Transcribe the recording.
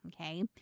Okay